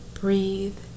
breathe